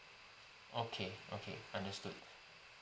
okay okay understood